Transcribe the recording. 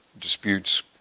disputes